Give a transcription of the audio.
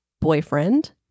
boyfriend